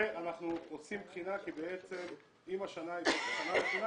אנחנו עושים בחינה כי בעצם אם השנה היא שנה רגילה,